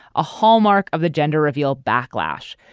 a hallmark of the gender reveal backlash.